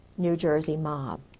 new jersey mob.